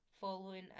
following